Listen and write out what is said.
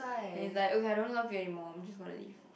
and it's like okay I don't love you anymore I just gonna leave